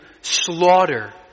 slaughter